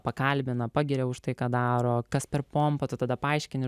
pakalbina pagiria už tai ką daro kas per pompa tu tada paaiškini